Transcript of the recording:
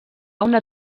una